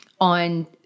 on